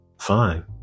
fine